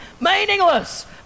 Meaningless